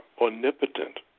omnipotent